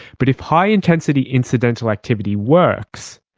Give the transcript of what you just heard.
but if high intensity incidental activity works,